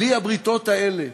בלי הבריתות האלה